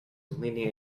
leaning